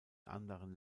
anderen